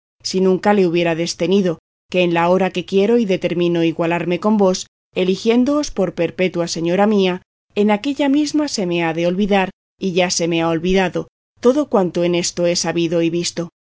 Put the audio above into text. si nunca le hubiérades tenido que en la hora que quiero y determino igualarme con vos eligiéndoos por perpetua señora mía en aquella misma se me ha de olvidar y ya se me ha olvidado todo cuanto en esto he sabido y visto